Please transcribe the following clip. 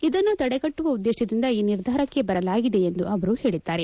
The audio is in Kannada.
ಇದನ್ನು ತಡೆಗಟ್ಟುವ ಉದ್ದೇಶದಿಂದ ಈ ನಿರ್ಧಾರಕ್ಕೆ ಬದಲಾಗಿದೆ ಎಂದು ಅವರು ಹೇಳಿದ್ದಾರೆ